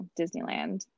Disneyland